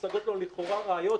על כך